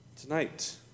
Tonight